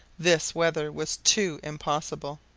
this weather was too impossible.